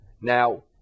Now